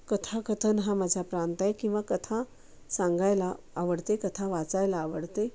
कथाकथन हा माझा प्रांत आहे किंवा कथा सांगायला आवडते कथा वाचायला आवडते